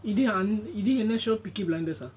இதுஅந்தஇதுஎன்ன:idhu andha idhu enna show peaky blinders ah